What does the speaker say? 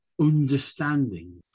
understanding